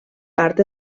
part